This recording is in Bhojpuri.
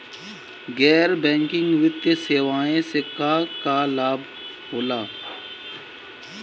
गैर बैंकिंग वित्तीय सेवाएं से का का लाभ होला?